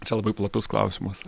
čia labai platus klausimas